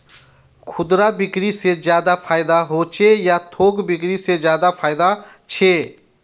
खुदरा बिक्री से ज्यादा फायदा होचे या थोक बिक्री से ज्यादा फायदा छे?